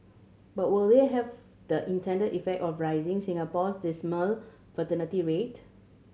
but will they have the intended effect of raising Singapore's dismal fertility rate